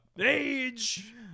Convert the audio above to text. age